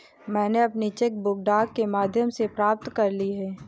मैनें अपनी cheque book डाक के माध्यम से प्राप्त कर ली है